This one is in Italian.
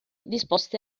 disposte